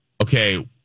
Okay